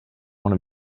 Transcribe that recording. one